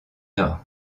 nord